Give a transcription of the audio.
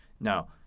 Now